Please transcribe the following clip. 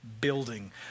building